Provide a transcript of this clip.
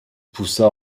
poussa